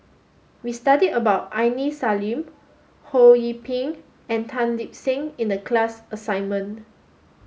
we studied about Aini Salim Ho Yee Ping and Tan Lip Seng in the class assignment